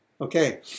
Okay